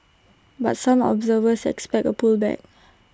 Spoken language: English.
but some observers expect A pullback